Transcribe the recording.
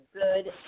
good